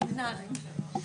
מי נגד?